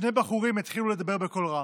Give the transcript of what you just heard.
שני בחורים התחילו לדבר בקול רם,